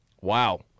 Wow